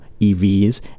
evs